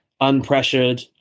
unpressured